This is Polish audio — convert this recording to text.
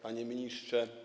Panie Ministrze!